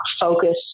focus